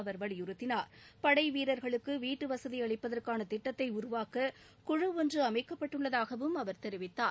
அவர் வலியுறுத்தினார் படைவீரர்களுக்கு வீட்டுவசதி அளிப்பதற்கான திட்டத்தை உருவாக்க ஒன்று குழு அமைக்கப்பட்டுள்ளதாகவும் அவர் தெரிவித்தார்